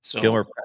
Gilmer